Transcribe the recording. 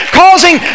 causing